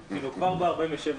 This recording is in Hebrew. --- סטלה,